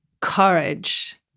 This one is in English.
courage